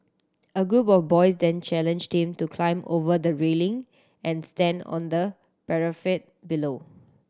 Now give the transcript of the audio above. a group of boys then challenged him to climb over the railing and stand on the parapet below